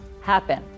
happen